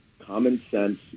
common-sense